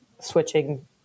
switching